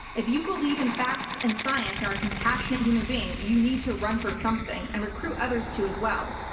if you believe in facts and science and are a compassionate human being, you need to run for something and recruit others to as well.